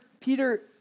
Peter